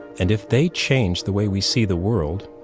and if they change the way we see the world,